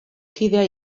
kidea